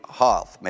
half